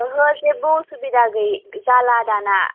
ओहो जेबो उसुबिदि जाला दाना